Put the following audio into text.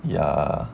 ya